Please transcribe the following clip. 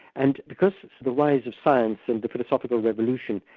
and because it's the rise of science and philosophical revolution,